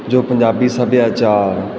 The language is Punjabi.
ਜੋ ਪੰਜਾਬੀ ਸੱਭਿਆਚਾਰ